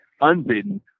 unbidden